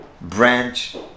branch